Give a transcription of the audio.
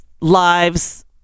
lives